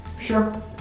Sure